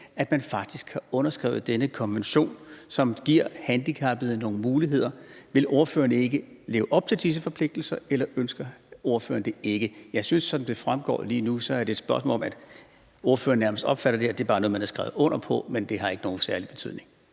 at man faktisk har underskrevet denne konvention, som giver handicappede nogle muligheder? Vil ordføreren ikke leve op til disse forpligtelser, eller ønsker ordføreren det ikke? Jeg synes, at som det fremgår lige nu, er det et spørgsmål om, at ordføreren nærmest opfatter det her, som at det bare er noget, man har skrevet under på, men det har ikke nogen særlig betydning.